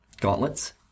gauntlets